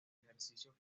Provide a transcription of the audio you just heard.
ejercicio